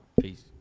Peace